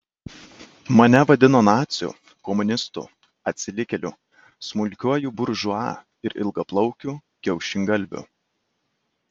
mane vadino naciu komunistu atsilikėliu smulkiuoju buržua ir ilgaplaukiu kiaušingalviu